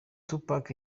tupac